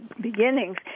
beginnings